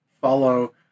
follow